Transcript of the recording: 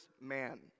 man